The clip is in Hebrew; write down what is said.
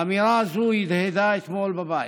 האמירה הזאת הדהדה אתמול בבית,